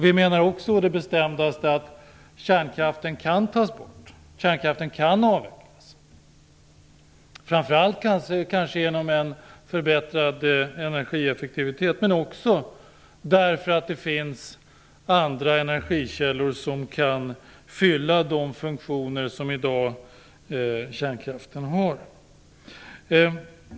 Vi menar å det bestämdaste att kärnkraften kan tas bort, den kan avvecklas, framför allt genom en förbättrad energieffektivitet men också genom att det finns andra energikällor som kan fylla den funktion som kärnkraften har i dag.